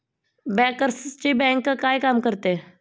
बँकर्सची बँक काय काम करते?